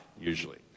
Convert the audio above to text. usually